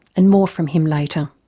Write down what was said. and more from him later.